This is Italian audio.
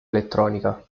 elettronica